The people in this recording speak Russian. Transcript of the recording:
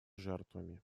жертвами